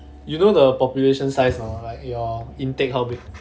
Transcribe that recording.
you know the population size or not like your intake how big